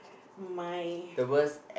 my